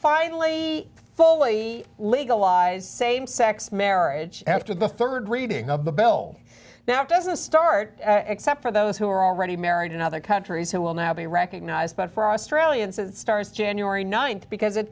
finally fully legalized same sex marriage after the rd reading of the bill now doesn't start except for those who are already married in other countries who will now be recognized but for australians it starts january th because it